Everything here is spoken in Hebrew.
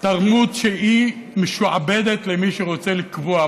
תרבות שהיא משועבדת למי שרוצה לקבוע.